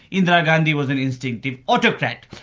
indira gandhi was an instinctive autocrat.